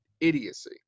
idiocy